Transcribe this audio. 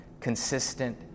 consistent